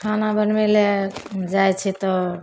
खाना बनबैलए जाइ छिए तऽ